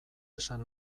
esan